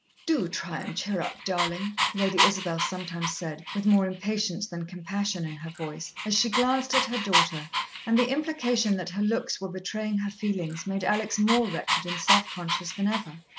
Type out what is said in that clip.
do try and cheer up, darlin', lady isabel sometimes said, with more impatience than compassion in her voice, as she glanced at her daughter and the implication that her looks were betraying her feelings made alex more wretched and self-conscious than ever.